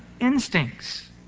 instincts